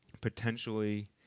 potentially